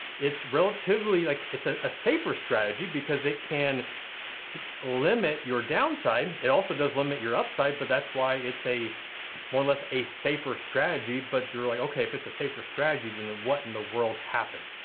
it's relatively like, it's a a safer strategy because it can so limit your downside. it also does limit your upside, but that's why it's a more or less a safer strategy, but you're like, okay, if it's a safer strategy, then what in the world happened?